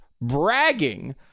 bragging